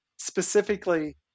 specifically